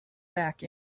back